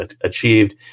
achieved